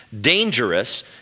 dangerous